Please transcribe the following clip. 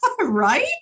Right